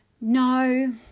no